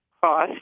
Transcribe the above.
cost